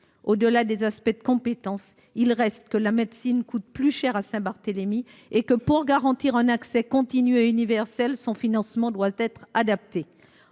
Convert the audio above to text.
Au-delà des aspects de compétences. Il reste que la médecine coûte plus cher à Saint-Barthélemy et que pour garantir un accès continu à universel son financement doit être adapté